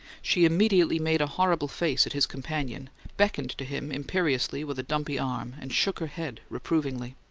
she immediately made a horrible face at his companion, beckoned to him imperiously with a dumpy arm, and shook her head reprovingly.